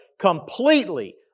completely